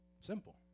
Simple